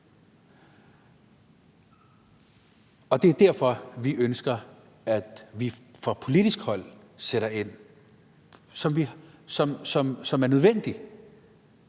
Det er derfor, vi ønsker, at vi fra politisk hold sætter ind, hvilket er nødvendigt,